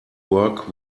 work